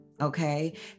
Okay